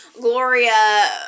Gloria